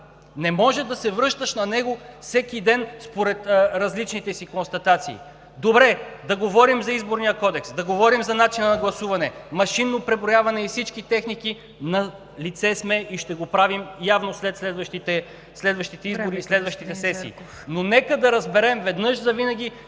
Не може да се връщаш на него всеки ден, според различните си констатации. Добре, да говорим за Изборния кодекс, да говорим за начина на гласуване, машинно преброяване и всички техники – налице сме и ще го правим явно след следващите избори, следващите сесии. ПРЕДСЕДАТЕЛ НИГЯР ДЖАФЕР: